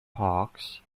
parks